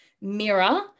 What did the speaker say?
mirror